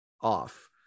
off